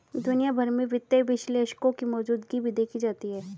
दुनिया भर में वित्तीय विश्लेषकों की मौजूदगी भी देखी जाती है